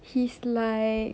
he's like